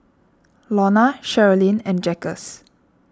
Lona Sherilyn and Jaquez